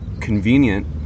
convenient